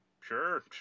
sure